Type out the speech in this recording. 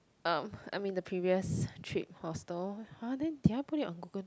um I mean the previous trip hostel !huh! then did I put it on Google